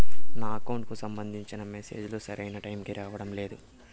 నా అకౌంట్ కు సంబంధించిన మెసేజ్ లు సరైన టైము కి రావడం లేదు